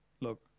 look